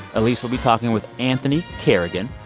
elise will be talking with anthony carrigan.